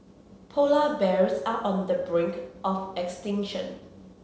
polar bears are on the brink of extinction